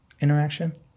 interaction